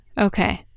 Okay